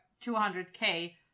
200K